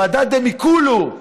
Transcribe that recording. ועדה דמיקולו,